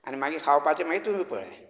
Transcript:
आनी मागीर खावपाचें तुमी पळया